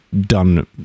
done